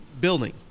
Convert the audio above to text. building